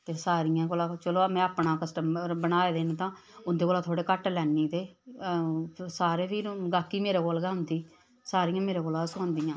ते सारियें कोलां चलो में अपना कस्टमर बनाए देन तां उं'दे कोह्लां थोह्ड़े घट्ट लैनी ते अ सारे फिर बाकी मेरे कोल गै आंदे सारियां मेरे कोला सोआंदियां